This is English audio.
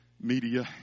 media